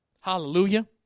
Hallelujah